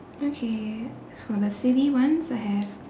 okay for the silly ones I have